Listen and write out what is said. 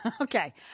okay